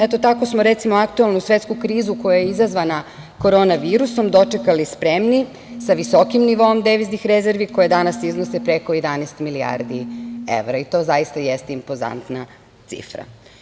Eto, tako smo, recimo, aktuelnu svetsku krizu koja je izazvana Koronom dočekali spremni, sa visokim nivoom deviznih rezervi koje danas iznose preko 11 milijardi evra, to zaista jeste impozantna cifra.